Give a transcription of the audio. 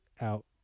out